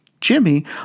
Jimmy